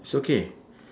it's okay